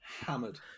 hammered